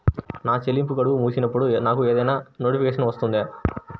నా చెల్లింపు గడువు ముగిసినప్పుడు నాకు ఏదైనా నోటిఫికేషన్ వస్తుందా?